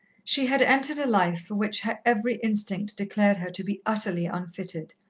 she had entered a life for which her every instinct declared her to be utterly unfitted,